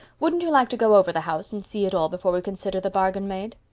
wouldn't you like to go over the house and see it all before we consider the bargain made?